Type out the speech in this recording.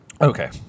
okay